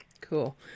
Cool